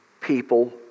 people